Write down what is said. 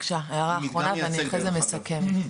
בבקשה הערה אחרונה ואני אחרי זה מסכמת.